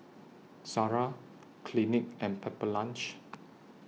Zara Clinique and Pepper Lunch